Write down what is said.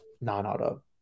non-auto